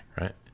right